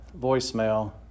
voicemail